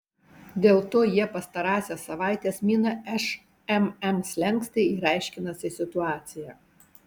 dėl to jie pastarąsias savaites mina šmm slenkstį ir aiškinasi situaciją